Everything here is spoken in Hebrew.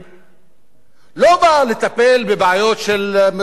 לא בא לטפל בבעיות של תוכנית מיתאר